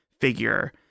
figure